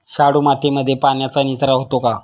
शाडू मातीमध्ये पाण्याचा निचरा होतो का?